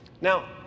Now